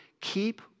keep